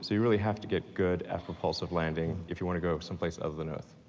so you really have to get good at propulsive landing if you wanna go some place other than earth,